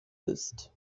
bist